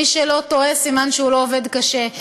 מי שלא טועה, סימן שהוא לא עובד קשה.